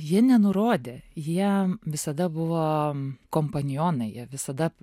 ji nenurodė jie visada buvo kompanionai jie visada